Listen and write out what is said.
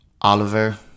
Oliver